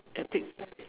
the pic